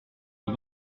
ils